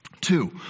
Two